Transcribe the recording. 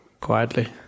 quietly